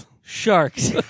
Sharks